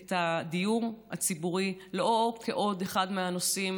את הדיור הציבורי לא לעוד אחד מהנושאים